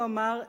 הוא אמר,